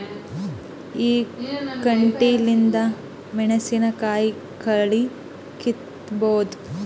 ಈ ಕಂಟಿಲಿಂದ ಮೆಣಸಿನಕಾಯಿ ಕಳಿ ಕಿತ್ತಬೋದ?